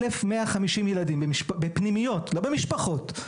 1,150 ילדים בפנימיות לא במשפחות,